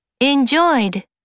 Enjoyed